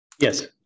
Yes